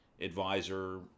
advisor